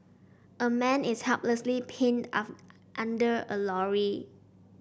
a man is helplessly pinned under a lorry